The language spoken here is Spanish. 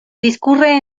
discurre